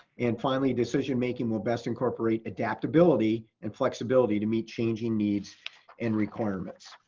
and finally decision making will best incorporate adaptability and flexibility to meet changing needs and requirements.